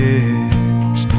edge